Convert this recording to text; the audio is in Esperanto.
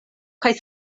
kaj